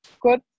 good